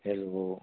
hello